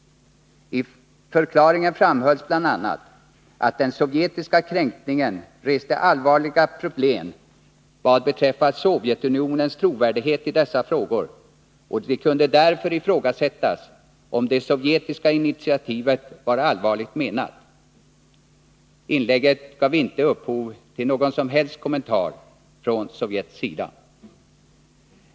I förklaringen framhölls bl.a. att den sovjetiska kränkningen reste allvarliga problem vad beträffar Sovjetunionens trovärdighet i dessa frågor, och det kunde därför ifrågasättas om det sovjetiska initiativet var allvarligt menat. Inlägget gav inte upphov till någon som helst kommentar från Sovjets sida.